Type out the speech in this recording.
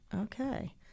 Okay